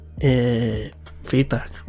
Feedback